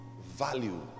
value